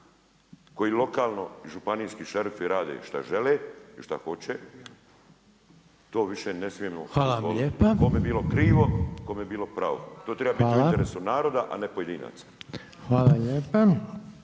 koji lokalno županijski šerifi rade šta žele i šta hoće, to više ne smijemo dozvoliti, kome bilo krivo, kome bilo pravo. To treba biti u interesu naroda a ne pojedinaca. **Reiner,